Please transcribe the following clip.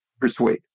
persuade